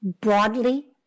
broadly